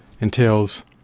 entails